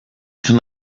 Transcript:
can